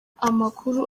amakuru